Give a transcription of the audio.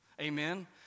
Amen